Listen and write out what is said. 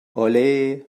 olé